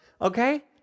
okay